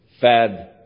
fad